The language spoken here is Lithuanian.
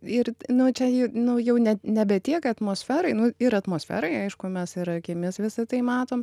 ir nu čia i nu jau ne nebe tiek atmosferai nu ir atmosferai aišku mes ir akimis visa tai matom